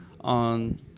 on